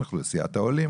מאוכלוסיית העולים,